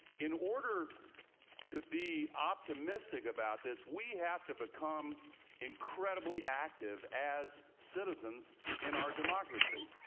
in order to be optimistic about this, we have to become incredibly active as citizens in our democracy.